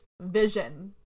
vision